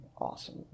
awesome